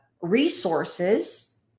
resources